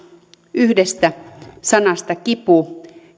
yhdestä sanasta kipu